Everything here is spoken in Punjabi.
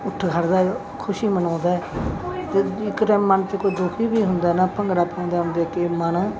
ਉਠ ਖੜ੍ਹਦਾ ਖੁਸ਼ੀ ਮਨਾਉਂਦਾ ਅਤੇ ਇਕ ਤਰ੍ਹਾਂ ਮਨ 'ਚ ਕੋਈ ਦੁਖੀ ਵੀ ਹੁੰਦਾ ਨਾ ਭੰਗੜਾ ਪਾਉਂਦਿਆਂ ਨੂੰ ਦੇਖ ਕੇ ਮਨ